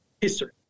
history